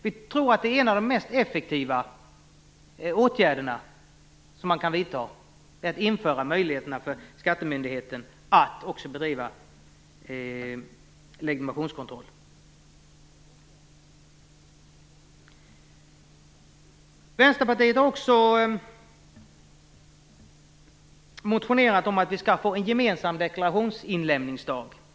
Vi tror att en av de mest effektiva åtgärder man kan vidta är att införa möjlighet för skattemyndigheten att bedriva legitimationskontroll. Vänsterpartiet har också motionerat om gemensam deklarationsinlämningsdag.